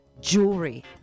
jewelry